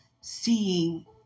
seeing